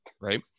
right